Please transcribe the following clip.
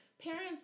parents